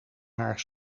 haar